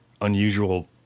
unusual